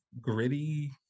gritty